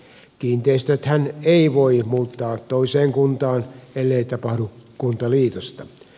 kiinteistöthän eivät voi muuttaa toiseen kuntaan ellei tapahdu kuntaliitosta